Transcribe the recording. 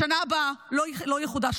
בשנה הבאה לא יחודש,